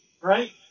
right